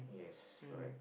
yes correct